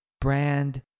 brand